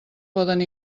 poden